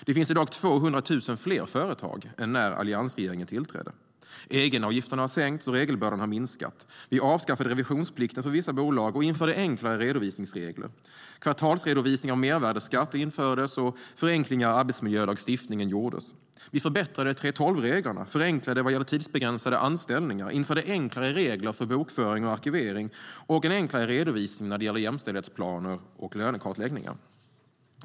Det finns i dag 200 000 fler företag än när alliansregeringen tillträdde. Egenavgifterna har sänkts, och regelbördan har minskat. Vi avskaffade revisionsplikten för vissa bolag och införde enklare redovisningsregler. Kvartalsredovisning av mervärdesskatt infördes, och förenklingar i arbetsmiljölagstiftningen gjordes. Vi förbättrade 3:12-reglerna, förenklade i fråga om tidsbegränsade anställningar och införde enklare regler för bokföring och arkivering. Vi införde en enklare redovisning när det gäller jämställdhetsplaner och lönekartläggningar.